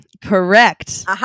Correct